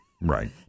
Right